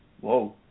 whoa